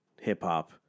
hip-hop